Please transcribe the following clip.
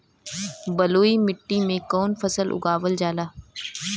बलुई मिट्टी में कवन फसल उगावल जाला?